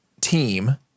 team